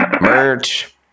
merch